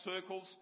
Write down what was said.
circles